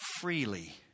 freely